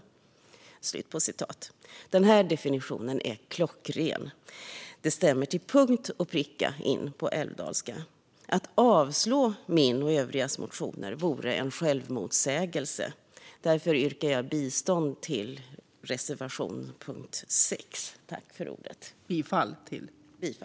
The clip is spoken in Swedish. Denna definition är klockren. Den stämmer till punkt och pricka in på älvdalska. Att avslå min och övrigas motioner vore en självmotsägelse. Därför yrkar jag bifall till reservation 12 under punkt 6.